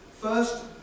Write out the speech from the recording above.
First